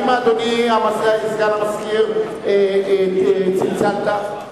האם, אדוני סגן המזכיר, צלצלת?